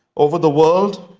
over the world